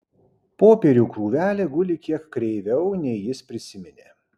popierių krūvelė guli kiek kreiviau nei jis prisiminė